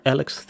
Alex